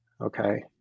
okay